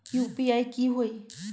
UPI की होई?